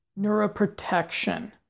neuroprotection